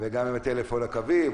וגם עם הטלפון הקווי,